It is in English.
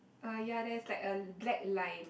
oh ya there's like a black line